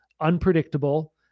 unpredictable